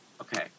Okay